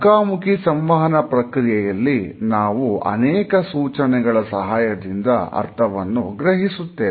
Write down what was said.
ಮುಖಾಮುಖಿ ಸಂವಹನ ಪ್ರಕ್ರಿಯೆಯಲ್ಲಿ ನಾವು ಅನೇಕ ಸೂಚನೆಗಳ ಸಹಾಯದಿಂದ ಅರ್ಥವನ್ನು ಗ್ರಹಿಸುತ್ತೇವೆ